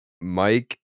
Mike